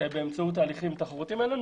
באמצעות התהליכים התחרותיים האלה,